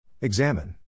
Examine